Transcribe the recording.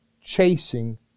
chasing